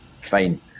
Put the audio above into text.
Fine